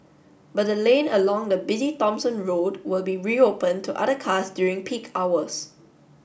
but the lane along the busy Thomson Road will be reopened to other cars during peak hours